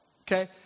okay